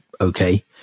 okay